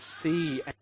see